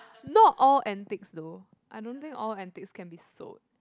not all antics though I don't think all antics can be sold